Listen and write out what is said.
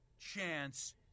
chance